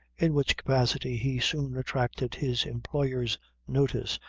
in which capacity he soon attracted his employer's notice,